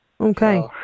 Okay